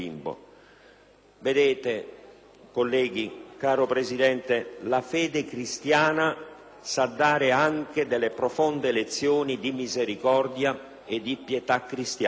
Vedete, colleghi, caro Presidente: la fede cristiana sa dare anche delle profonde lezioni di misericordia e di pietà cristiana.